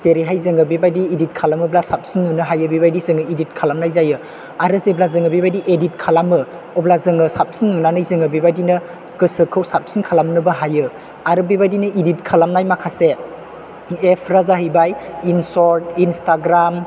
जेरैहाय जों बेबायदि इदित खालामोब्ला साबसिन नुहोनो हायो बेबायदि जों इदित खालामनाय जायो आरो जेब्ला जों बेबायदि इदित खालामो अब्ला जों साबसिन नुनानै जों बेबायदिनो गोसोखौ साबसिन खालामनोबो हायो आरो बेबायदिनो इदित खालामनाय माखासे एपफ्रा जाहैबाय इनशत इन्स्टाग्राम